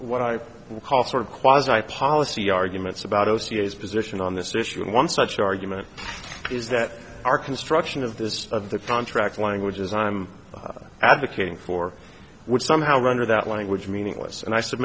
what i call sort of quasi i policy arguments about o c s position on this issue and one such argument is that our construction of this of the contract languages i'm advocating for would somehow render that language meaningless and i s